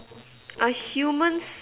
are humans